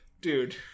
dude